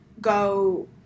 go